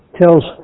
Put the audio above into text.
tells